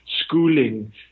schooling